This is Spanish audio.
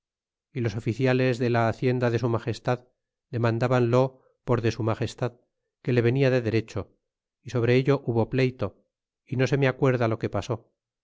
y los oficiales de la hacienda de su magestad demandabanlo por de su magestad que le venia de derecho y sobre ello hubo pleyto é no se me acuerda lo que pasó